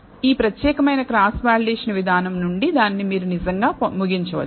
ఈ ప్రత్యేకమైన cross validation విధానం నుండి దానిని మీరు నిజంగా ముగించవచ్చు